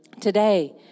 today